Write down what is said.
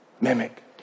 Mimic